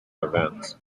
events